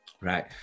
right